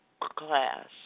class